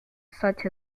such